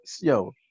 yo